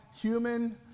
human